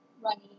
running